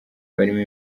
barimo